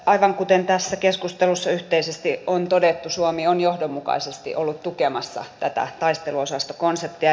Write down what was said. aivan kuten tässä keskustelussa yhteisesti on todettu suomi on johdonmukaisesti ollut tukemassa tätä taisteluosastokonseptia